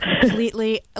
completely